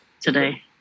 today